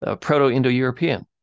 proto-indo-european